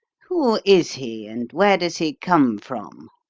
who is he, and where does he come from?